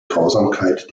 grausamkeit